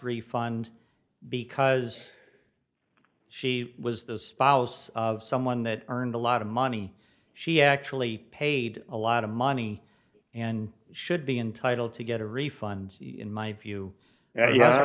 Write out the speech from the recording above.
refund because she was the spouse of someone that earned a lot of money she actually paid a lot of money and should be entitled to get a refund in my view